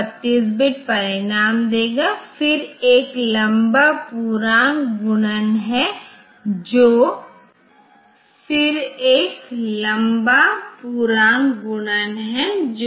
इसलिए एक प्रोग्राम में यदि आप कहीं पर एक प्रोग्रामलिख रहे हैं तो आप यह लिख सकते हैं INT x जहां x 8 बिट संख्या है और फिर यह x 8 से गुणा किया जाएगा